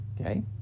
Okay